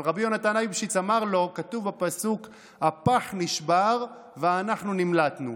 אבל רבי יהונתן אייבשיץ אמר לו: כתוב בפסוק "הפח נשבר ואנחנו נמלטנו".